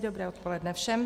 Dobré odpoledne všem.